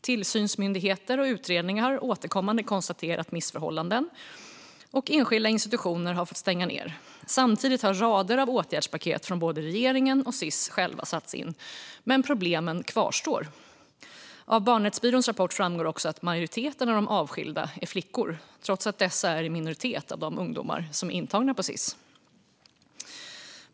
Tillsynsmyndigheter och utredningar har återkommande konstaterat missförhållanden och enskilda institutioner har fått stänga ner. Samtidigt har rader av åtgärdspaket från både regeringen och SiS själva satts in. Men problemen kvarstår." Av Barnrättsbyråns rapport framgår också att majoriteten av de avskilda är flickor, trots att dessa är i minoritet av de ungdomar som är intagna på Sis.